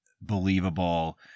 believable